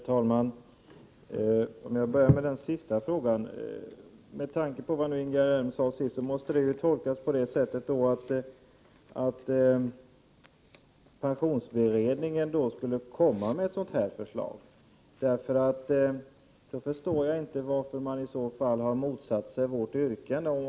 Herr talman! Jag börjar med sista frågan. Det Ingegerd Elm nu sade måste tolkas på det sättet att pensionsberedningen skall komma med förslag. Då förstår jag inte varför socialdemokraterna i så fall har motsatt sig vårt yrkande.